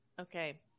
okay